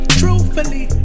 truthfully